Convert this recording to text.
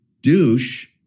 douche